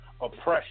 oppression